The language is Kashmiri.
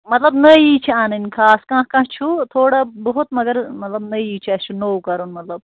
مطلب نٔیی چھِ اَنٕنۍ خاص کانٛہہ کانٛہہ چھُو تھوڑا بہت مگر مطلب نٔیی چھُ اَسہِ چھُ نوٚو کَرُن مطلب